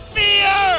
fear